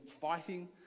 fighting